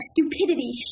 stupidity